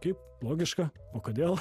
kaip logiška o kodėl